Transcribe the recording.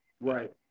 Right